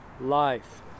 life